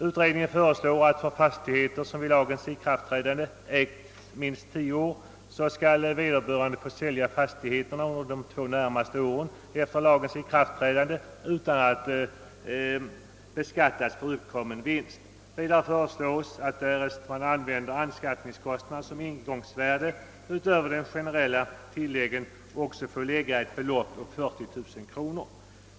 Utredningen föreslår att när det gäl ler fastigheter som vid lagens ikraftträdande ägts minst tio år skall vederbörande få sälja fastigheten under de närmaste två åren efter lagens ikraftträdande utan att beskattas för uppkommen vinst. Vidare föreslås, att därest man använder anskaffningskostnaden som ingångsvärde, så skall man utöver de generella tilläggen få lägga till ett belopp på 40000 kronor.